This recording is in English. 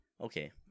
Okay